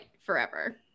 forever